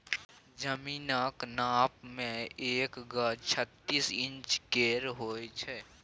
जमीनक नाप मे एक गज छत्तीस इंच केर होइ छै